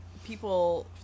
People